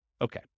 Okay